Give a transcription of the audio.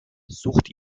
sucht